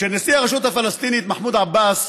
כשנשיא הרשות הפלסטינית מחמוד עבאס,